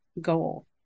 goal